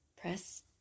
Press